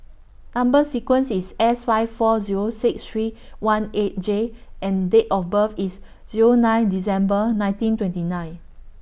Number sequence IS S five four Zero six three one eight J and Date of birth IS Zero nine December nineteen twenty nine